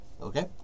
Okay